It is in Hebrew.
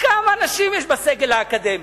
כמה נשים יש בסגל האקדמי?